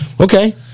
Okay